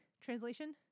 translation